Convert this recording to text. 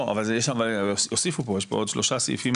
אבל הוסיפו פה, יש פה עוד שלושה סעיפים אחרים.